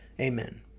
amen